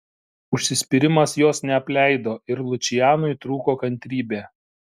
užsispyrimas jos neapleido ir lučianui trūko kantrybė